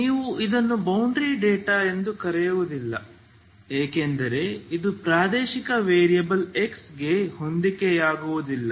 ನೀವು ಇದನ್ನು boundary data ಎಂದು ಕರೆಯುವುದಿಲ್ಲ ಏಕೆಂದರೆ ಇದು ಪ್ರಾದೇಶಿಕ ವೇರಿಯಬಲ್ x ಗೆ ಹೊಂದಿಕೆಯಾಗುವುದಿಲ್ಲ